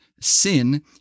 sin